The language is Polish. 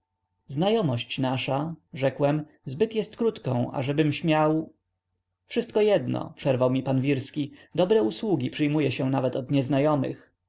znajomość nasza rzekłem zbyt jest krótką ażebym śmiał wszystko jedno przerwał mi pan wirski dobre usługi przyjmuje się nawet od nieznajomych